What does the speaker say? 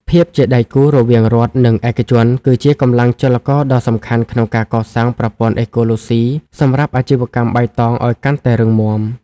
ភាពជាដៃគូរវាងរដ្ឋ និងឯកជន គឺជាកម្លាំងចលករដ៏សំខាន់ក្នុងការកសាងប្រព័ន្ធអេកូឡូស៊ីសម្រាប់អាជីវកម្មបៃតងឱ្យកាន់តែរឹងមាំ។